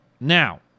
Now